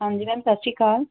ਹਾਂਜੀ ਮੈਮ ਸਤਿ ਸ਼੍ਰੀ ਅਕਾਲ